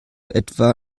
etwa